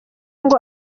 ngo